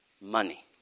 money